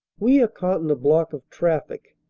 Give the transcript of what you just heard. we are caught in a block of traffic.